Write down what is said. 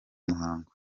muhango